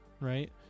right